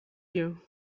you